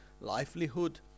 livelihood